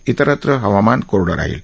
तिरत्र हवामान कोरडं राहील